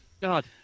God